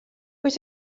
wyt